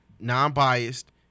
non-biased